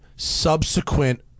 subsequent